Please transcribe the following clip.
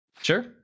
Sure